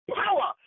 power